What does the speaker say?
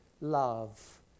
love